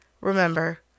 Remember